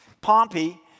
Pompey